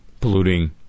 polluting